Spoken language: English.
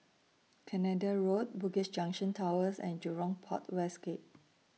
Canada Road Bugis Junction Towers and Jurong Port West Gate